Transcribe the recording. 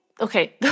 Okay